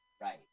Right